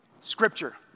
Scripture